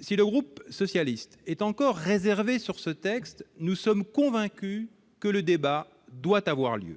Si le groupe socialiste est encore réservé sur ce texte, il est convaincu que le débat doit avoir lieu.